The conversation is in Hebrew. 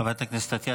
חברת הכנסת עטייה,